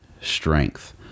strength